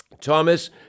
Thomas